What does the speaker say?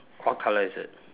what colour is it